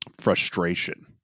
Frustration